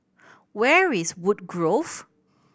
where's Woodgrove